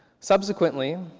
subsequently,